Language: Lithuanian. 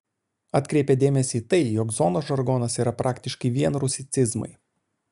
atkreipia dėmesį tai jog zonos žargonas yra praktiškai vien rusicizmai